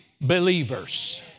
believers